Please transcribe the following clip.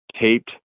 taped